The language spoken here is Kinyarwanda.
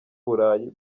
burayi